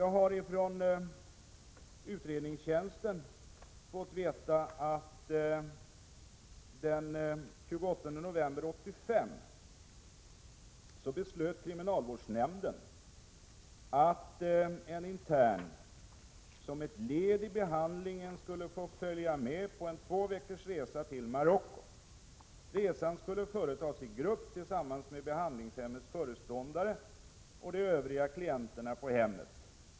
Jag har från riksdagens utredningstjänst fått veta att kriminalvårdsnämnden den 28 november 1985 beslöt att en intern som ett led i behandlingen skulle få följa med på en två veckors resa till Marocko. Resan skulle företas i grupp tillsammans med de övriga klienterna på behandlingshemmet och hemmets föreståndare.